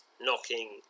Knocking